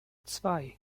zwei